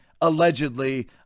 allegedly